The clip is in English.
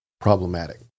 problematic